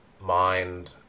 mind